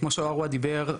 כמו שעורווה תיאר,